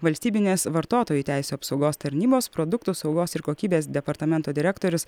valstybinės vartotojų teisių apsaugos tarnybos produktų saugos ir kokybės departamento direktorius